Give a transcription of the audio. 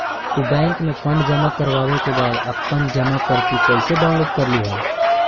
तू बैंक में फंड जमा करवावे के बाद अपन जमा पर्ची कैसे डाउनलोड करलू हल